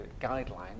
guidelines